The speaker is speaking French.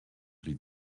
les